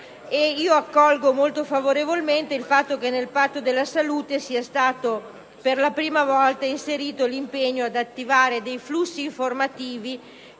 Accolgo molto favorevolmente quindi il fatto che nel Patto della salute sia stato per la prima volta inserito l'impegno ad attivare dei flussi informativi